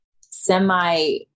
semi